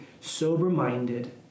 sober-minded